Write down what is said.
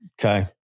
Okay